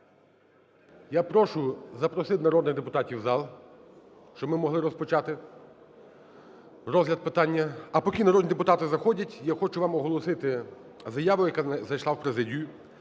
Я прошу запросити народних депутатів в зал, щоб ми могли розпочати розгляд питання. А поки народні депутати заходять, я хочу вам оголосити заяву, яка надійшла в президію